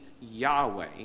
Yahweh